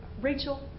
Rachel